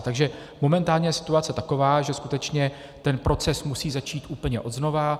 Takže momentálně situace je taková, že ten proces musí začít úplně odznovu.